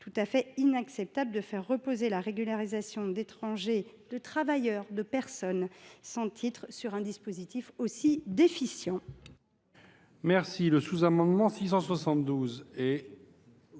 tout à fait inacceptable de faire reposer la régularisation d’étrangers, de travailleurs, de personnes sans titre de séjour sur un dispositif aussi déficient.